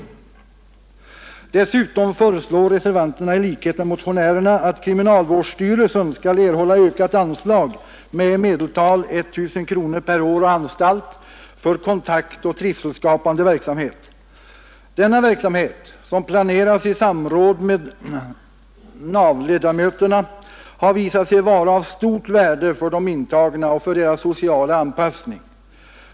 Dessutom föreslår reservanterna i likhet med motionärerna att kriminalvårdsstyrelsen skall erhålla ökat anslag med i medeltal 1 000 kronor per år och anstalt för kontaktoch trivselskapande verksamhet. Denna verksamhet, som planeras i samråd med NAV-ledamöterna, har visat sig vara av stort värde för de intagna och för deras sociala anpassning.